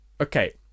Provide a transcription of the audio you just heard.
Okay